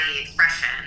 expression